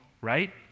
right